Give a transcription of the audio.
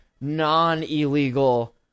non-illegal